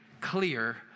clear